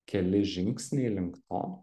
keli žingsniai link to